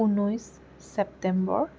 ঊনৈছ ছেপ্টেম্বৰ